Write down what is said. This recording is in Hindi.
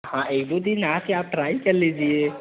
हाँ एक दो दिन आ कर आप ट्रायल कर लीजिए